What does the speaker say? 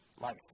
life